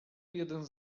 jeden